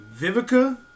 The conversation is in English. Vivica